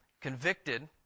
convicted